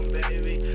baby